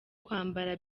kwambara